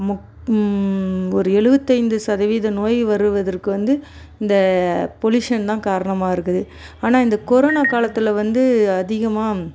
ஒரு எழுபதைந்து சதவீத நோய் வருவதற்கு வந்து இந்த பொல்யூஷன் தான் காரணமாக இருக்குது ஆனால் இந்த கொரோனா காலத்தில் வந்து அதிகமாக